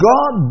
God